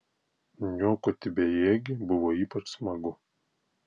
niokoti bejėgį buvo ypač smagu